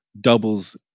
doubles